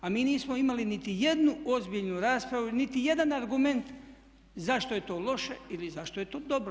A mi nismo imali niti jednu ozbiljnu raspravu i niti jedan argument zašto je to loše ili zašto je to dobro.